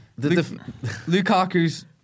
Lukaku's